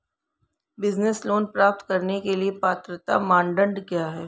Business loan प्राप्त करने के लिए पात्रता मानदंड क्या हैं?